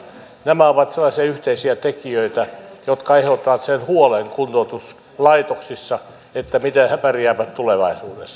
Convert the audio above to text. nämä ovat sellaisia yhteisiä tekijöitä jotka aiheuttavat kuntoutuslaitoksissa huolen miten he pärjäävät tulevaisuudessa